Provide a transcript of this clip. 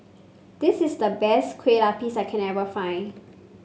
this is the best Kueh Lapis that I find